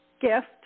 gift